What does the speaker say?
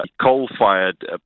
coal-fired